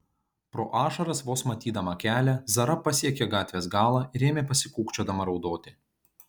pro ašaras vos matydama kelią zara pasiekė gatvės galą ir ėmė pasikūkčiodama raudoti